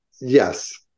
Yes